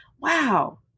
wow